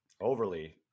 Overly